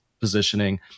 positioning